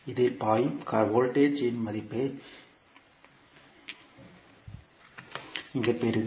இதில் பாயும் வோல்டேஜ் இன் மதிப்பை நீங்கள் பெறுவீர்கள்